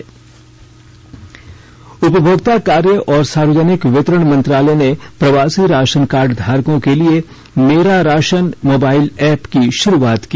ration mobile app उपभोक्ता कार्य और सार्वजनिक वितरण मंत्रालय ने प्रवासी राशन कार्ड धारकों के लाभ के लिए मेरा राशन मोबाइल ऐप की शुरूआत की